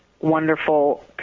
wonderful